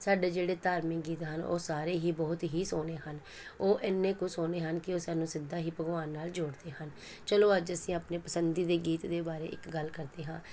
ਸਾਡੇ ਜਿਹੜੇ ਧਾਰਮਿਕ ਗੀਤ ਹਨ ਉਹ ਸਾਰੇ ਹੀ ਬਹੁਤ ਹੀ ਸੋਹਣੇ ਹਨ ਉਹ ਇੰਨੇ ਕੁ ਸੋਹਣੇ ਹਨ ਕਿ ਉਹ ਸਾਨੂੰ ਸਿੱਧਾ ਹੀ ਭਗਵਾਨ ਨਾਲ ਜੋੜਦੇ ਹਨ ਚਲੋ ਅੱਜ ਅਸੀਂ ਆਪਣੇ ਪਸੰਦੀਦਾ ਗੀਤ ਦੇ ਬਾਰੇ ਇੱਕ ਗੱਲ ਕਰਦੇ ਹਾਂ